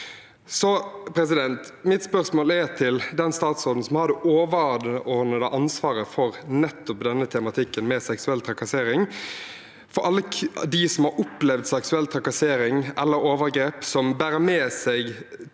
organisasjoner. Mitt spørsmål går til den statsråden som har det overordnede ansvaret for nettopp tematikken med seksuell trakassering. For alle dem som har opplevd seksuell trakassering, eller overgrep, som bærer med seg